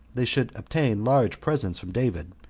they should obtain large presents from david,